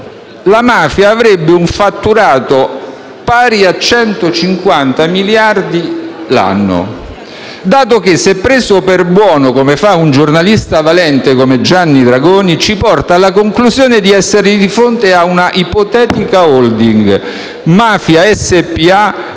la mafia avrebbe un fatturato pari a 150 miliardi l'anno, dato che, se preso per buono, come fa un giornalista valente come Gianni Dragoni, ci porta alla conclusione di essere di fronte a un'ipotetica *holding*, "Mafia